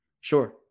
sure